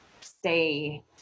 stay